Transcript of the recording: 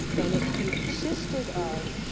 and it consisted of,